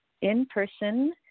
in-person